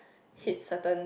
hit certain